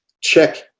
check